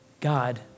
God